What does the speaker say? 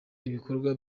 ibikorwa